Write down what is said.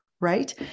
Right